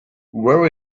where